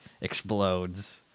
explodes